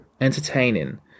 entertaining